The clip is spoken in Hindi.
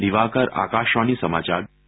दिवाकर आकाशवाणी समाचार दिल्ली